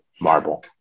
marble